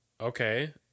okay